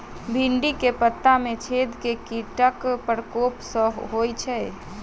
भिन्डी केँ पत्ता मे छेद केँ कीटक प्रकोप सऽ होइ छै?